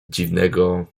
dziwnego